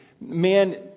man